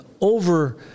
over